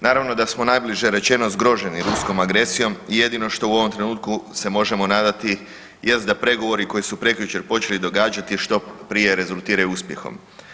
Naravno da smo najbliže rečeno zgroženi ruskom agresijom i jedino što u ovom trenutku se možemo nadati jest da pregovori koji su prekjučer počeli događati što prije rezultiraju uspjehom.